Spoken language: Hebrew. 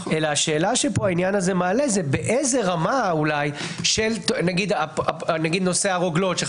השאלה שהעניין הזה מעלה, נגיד נושא הרוגלות.